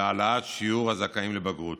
להעלאת שיעור הזכאים לבגרות.